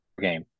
game